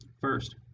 First